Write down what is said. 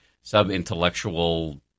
sub-intellectual